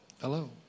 Hello